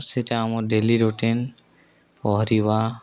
ସେଇଟା ଆମର daily routine ପହଁରିବା